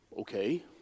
Okay